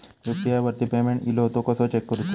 UPI वरती payment इलो तो कसो चेक करुचो?